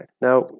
Now